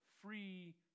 free